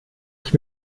ich